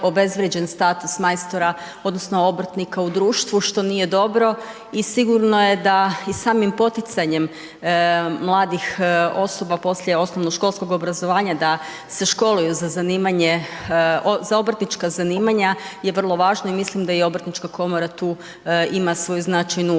obezvrijeđen status majstora odnosno obrtnika u društvo što nije dobro. I sigurno je da i samim poticanjem mladih osoba poslije osnovnoškolskog obrazovanja da se školuju za obrtnička zanimanja je vrlo važno i mislim da i Obrtnička komora tu ima svoju značajnu ulogu.